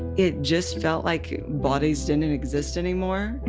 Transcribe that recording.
it just felt like bodies didn't and exist anymore.